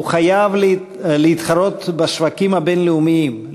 הוא חייב להתחרות בשווקים הבין-לאומיים,